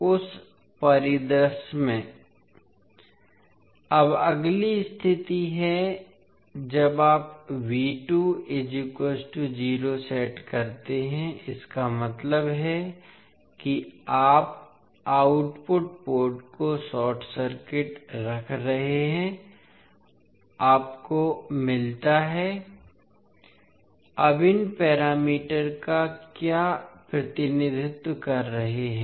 उस परिदृश्य में अब अगली स्थिति है जब आप सेट करते हैं इसका मतलब है कि आप आउटपुट पोर्ट को शॉर्ट सर्किट रख रहे हैं आपको मिलता है अब इन पैरामीटर का क्या प्रतिनिधित्व कर रहे हैं